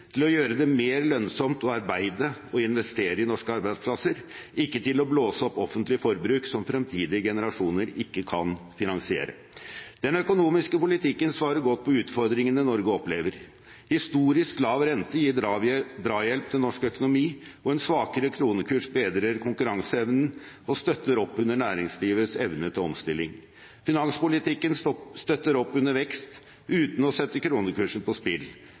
til å gjøre det mer lønnsomt å arbeide og investere i norske arbeidsplasser – ikke til å blåse opp offentlig forbruk som fremtidige generasjoner ikke kan finansiere. Den økonomiske politikken svarer godt på utfordringene Norge opplever. Historisk lav rente gir drahjelp til norsk økonomi, og en svakere kronekurs bedrer konkurranseevnen og støtter opp under næringslivets evne til omstilling. Finanspolitikken støtter opp under vekst, uten å sette kronekursen på spill.